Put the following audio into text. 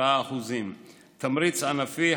7%; תמריץ ענפי,